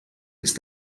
ist